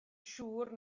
siŵr